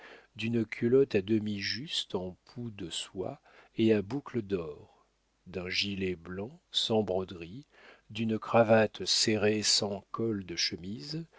d'une culotte à demi juste en pout de soie et à boucles d'or d'un gilet blanc sans broderie d'une cravate serrée sans col de chemise